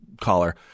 caller